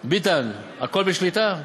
ביטן, הכול בשליטה?